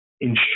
ensure